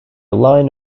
line